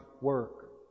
work